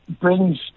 brings